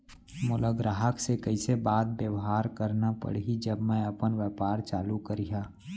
मोला ग्राहक से कइसे बात बेवहार करना पड़ही जब मैं अपन व्यापार चालू करिहा?